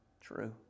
true